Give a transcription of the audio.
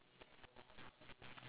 oh ya ya